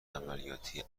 عملیاتی